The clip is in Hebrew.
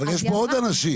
אבל יש פה עוד אנשים.